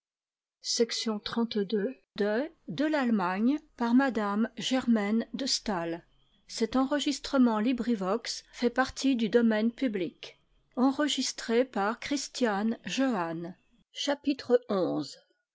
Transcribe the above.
de m rt de